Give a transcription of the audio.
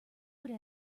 would